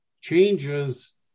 Changes